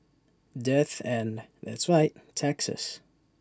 death and that's right taxes